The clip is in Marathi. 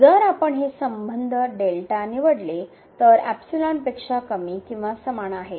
जर आपण हे संबंध निवडले तर ते पेक्षा कमी किंवा समान आहेत